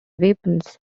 weapons